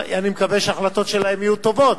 אני מקווה שההחלטות שלהם יהיו טובות,